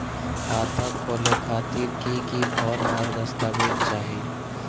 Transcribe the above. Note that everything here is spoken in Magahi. खाता खोले खातिर की की फॉर्म और दस्तावेज चाही?